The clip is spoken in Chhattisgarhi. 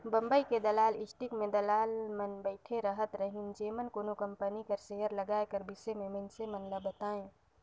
बंबई के दलाल स्टीक में दलाल मन बइठे रहत रहिन जेमन कोनो कंपनी कर सेयर लगाए कर बिसे में मइनसे मन ल बतांए